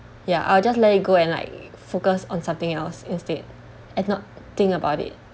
ya I'll just let it go and like focus on something else instead and not think about it